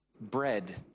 Bread